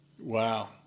wow